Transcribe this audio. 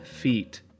feet